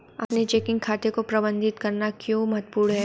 अपने चेकिंग खाते को प्रबंधित करना क्यों महत्वपूर्ण है?